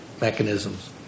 mechanisms